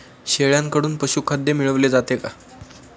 शेळ्यांकडून पशुखाद्य मिळवले जाते का?